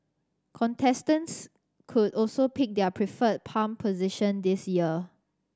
contestants could also pick their preferred palm position this year